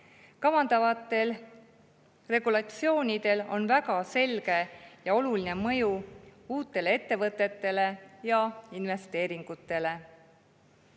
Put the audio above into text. Kavandatavatel regulatsioonidel on väga selge ja oluline mõju uutele ettevõtetele ja investeeringutele.